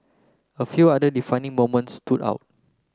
a few other defining moments stood out